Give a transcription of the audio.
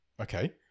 okay